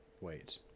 wait